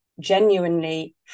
genuinely